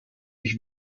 ich